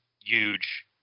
huge